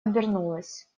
обернулась